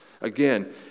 Again